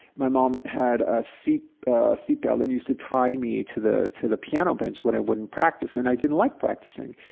my mom had ah a seatbelt and used to tie me to the to the piano bench when i wouldn't practice and i didn't like practicing.